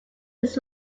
this